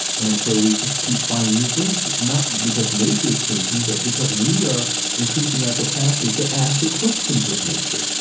and so we keep finding new things not because nature is changing, but because we are increasing our capacity to ask the questions of nature